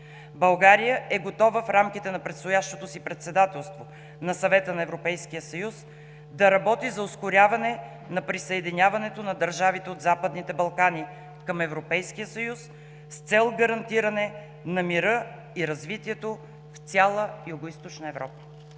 България е готова в рамките на предстоящото си председателство на Съвета на Европейския съюз да работи за ускоряване на присъединяването на държавите от Западните Балкани към Европейския съюз с цел гарантиране на мира и развитието в цяла Югоизточна Европа.“